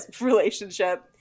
relationship